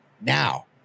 Now